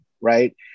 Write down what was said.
right